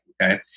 Okay